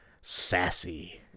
Sassy